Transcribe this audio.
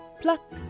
pluck